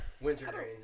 wintergreen